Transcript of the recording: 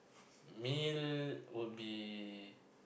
meal will be